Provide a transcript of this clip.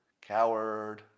coward